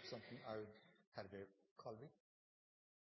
i salen i dag. Det er